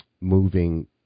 moving